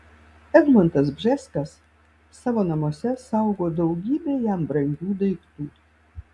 egmontas bžeskas savo namuose saugo daugybę jam brangių daiktų